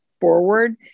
forward